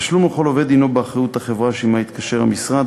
התשלום לכל עובד הִנו באחריות החברה שעמה התקשר המשרד,